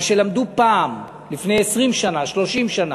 מה שלמדו פעם, לפני 20 שנה, 30 שנה,